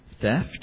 theft